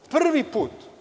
Prvi put.